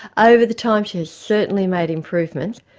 over the time she has certainly made improvements,